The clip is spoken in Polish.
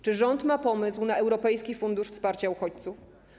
Czy rząd ma pomysł na europejski fundusz wsparcia uchodźców?